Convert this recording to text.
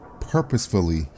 purposefully